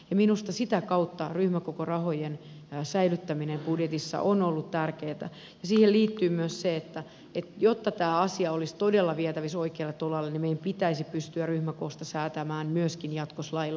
minusta sitä kautta ryhmäkokorahojen säilyttäminen budjetissa on ollut tärkeätä ja siihen liittyy myös se että jotta tämä asia olisi todella vietävissä oikealle tolalle niin meidän pitäisi pystyä ryhmäkoosta säätämään myöskin jatkossa lailla